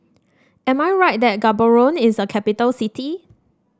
am I right that Gaborone is a capital city